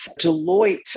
Deloitte